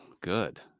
good